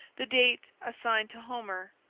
the date assigned to homer,